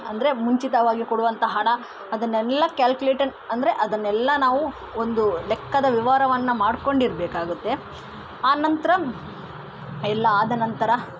ಅಂದರೆ ಮುಂಚಿತವಾಗಿ ಕೊಡುವಂಥ ಹಣ ಅದನ್ನೆಲ್ಲಾ ಕಾಕ್ಯುಲೇಟನ್ ಅಂದರೆ ಅದನ್ನೆಲ್ಲಾ ನಾವು ಒಂದು ಲೆಕ್ಕದ ವಿವರವನ್ನು ಮಾಡಿಕೊಂಡಿರ್ಬೇಕಾಗುತ್ತೆ ಆ ನಂತರ ಎಲ್ಲ ಆದ ನಂತರ